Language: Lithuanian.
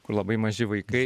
kur labai maži vaikai